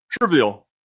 Trivial